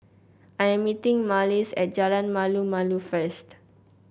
I am meeting Marlys at Jalan Malu Malu first